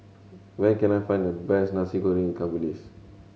where can I find the best Nasi Goreng ikan bilis